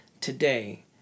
today